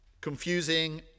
confusing